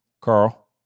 Carl